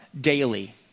daily